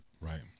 Right